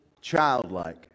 childlike